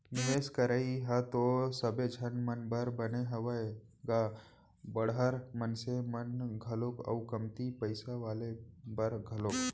निवेस करई ह तो सबे झन मन बर बने हावय गा बड़हर मनसे बर घलोक अउ कमती पइसा वाले बर घलोक